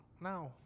now